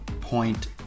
point